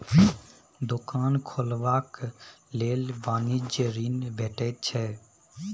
दोकान खोलबाक लेल वाणिज्यिक ऋण भेटैत छै